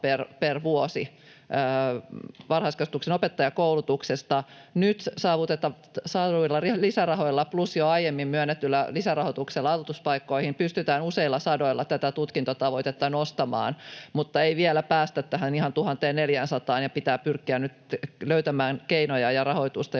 per vuosi. Varhaiskasvatuksen opettajakoulutuksesta nyt saaduilla lisärahoilla plus jo aiemmin myönnetyllä lisärahoituksella aloituspaikkoihin pystytään useilla sadoilla tätä tutkintotavoitetta nostamaan, mutta ei vielä päästä ihan tähän 1 400:aan, ja pitää pyrkiä nyt löytämään keinoja ja rahoitusta,